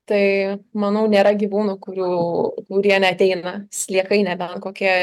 tai manau nėra gyvūnų kurių kurie neateina sliekai nebent kokie